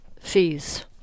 fees